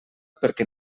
perquè